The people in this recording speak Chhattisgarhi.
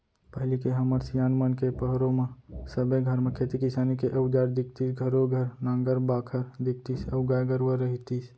पहिली के हमर सियान मन के पहरो म सबे घर म खेती किसानी के अउजार दिखतीस घरों घर नांगर बाखर दिखतीस अउ गाय गरूवा रहितिस